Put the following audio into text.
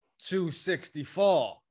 264